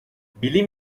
bilim